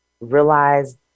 realize